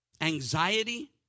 anxiety